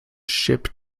ship